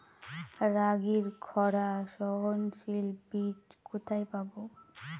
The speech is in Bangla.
রাগির খরা সহনশীল বীজ কোথায় পাবো?